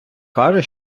каже